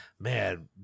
man